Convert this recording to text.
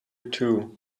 too